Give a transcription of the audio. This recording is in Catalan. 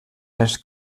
els